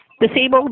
Disabled